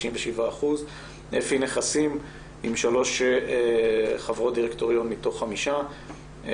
67%; אפי נכסים עם שלוש חברות דירקטוריון מתוך חמישה,